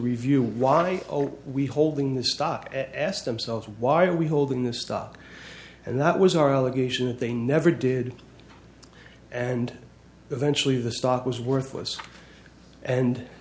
review why we holding this stock at ask themselves why are we holding this stock and that was our allegation that they never did and eventually the stock was worthless and